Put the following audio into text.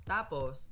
tapos